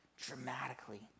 dramatically